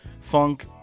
funk